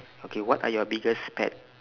okay what are your biggest pet